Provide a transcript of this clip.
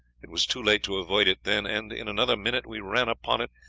it was too late to avoid it then, and in another minute we ran upon it,